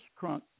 Crunk